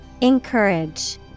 Encourage